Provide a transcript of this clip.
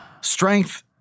strength